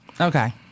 Okay